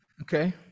okay